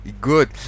Good